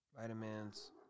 Vitamins